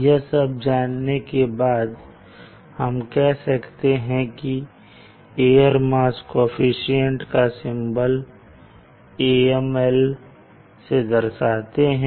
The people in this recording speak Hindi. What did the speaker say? यह सब जानने के बाद हम कह सकते हैं की एयर मास कोअफिशन्ट का सिंबल AMl से दर्शाते हैं